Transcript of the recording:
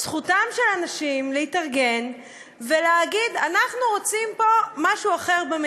זכותם של האנשים להתארגן ולהגיד: אנחנו רוצים משהו אחר פה,